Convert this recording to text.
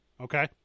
okay